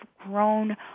grown